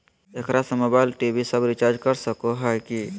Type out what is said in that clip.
एकरा से mobile TV सब रिचार्ज कर सको हियै की?